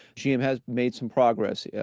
gm has made some progress. yeah